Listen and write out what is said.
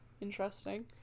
Interesting